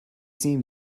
seem